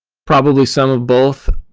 probably some of both.